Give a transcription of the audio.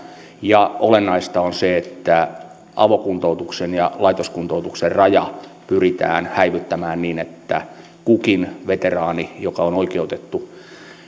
ja olennaista on se että avokuntoutuksen ja laitoskuntoutuksen raja pyritään häivyttämään niin että kukin veteraani joka on oikeutettu